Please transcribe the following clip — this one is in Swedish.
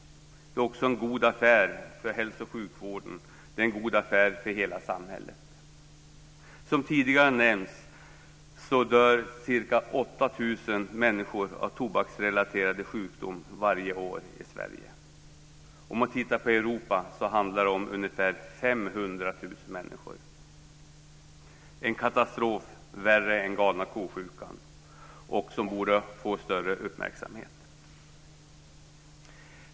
Det är också en god affär för hälso och sjukvården. Det är en god affär för hela samhället. Som tidigare har nämnts dör ca 8 000 människor av tobaksrelaterade sjukdomar varje år i Sverige. Man kan titta på Europa. Där handlar det om ungefär 500 000 människor. Det är en katastrof värre än galna ko-sjukan som borde få större uppmärksamhet.